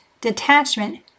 Detachment